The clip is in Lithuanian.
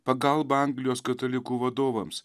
pagalba anglijos katalikų vadovams